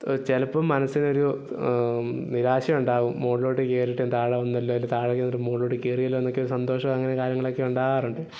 ചിലപ്പം മനസ്സിനൊരു നിരാശയുണ്ടാവും മുകളിലോട്ട് കയറിയിട്ട് താഴെ വന്നല്ലോ അല്ലേൽ താഴെ നിന്നിട്ട് മുകളിലോട്ട് കയറിയല്ലൊ എന്നൊക്കെയുള്ള സന്തോഷം അങ്ങനെ കാര്യങ്ങളൊക്കെ ഉണ്ടാകാറുണ്ട്